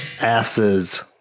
asses